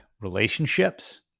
relationships